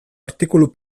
artikulu